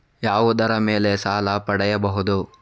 ಯಾವುದರ ಮೇಲೆ ಸಾಲ ಪಡೆಯಬಹುದು?